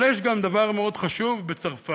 אבל יש גם דבר מאוד חשוב בצרפת,